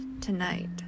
tonight